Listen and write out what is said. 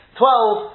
twelve